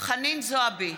חנין זועבי,